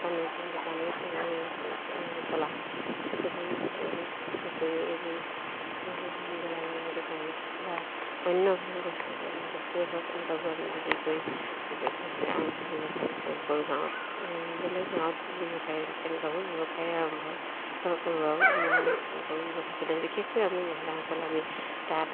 দোকানো চলাওঁ দোকান বিশেষকৈ এইবোৰ গেলামালৰ দোকান হওক বা অন্য ব বস্তুৱেই হওক এনেকুৱাবোৰ আমি বিক্ৰী কৰি ব্যৱসায় কৰোঁ গাঁৱত বেলেগ গাঁৱত ব্যৱসায় তেনেকুৱাবোৰ ব্যৱসায় আৰম্ভ কৰোঁ আৰু ব্যৱসায় চলে বিশেষকৈ আমি মহিলাসকলে আমি তাঁত